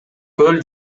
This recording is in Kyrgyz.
көл